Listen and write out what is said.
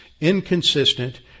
inconsistent